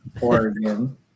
Oregon